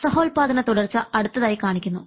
സഹോൽപാദന തുടർച്ച അടുത്തതായി കാണിക്കുന്നു